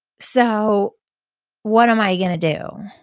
so what am i going to do?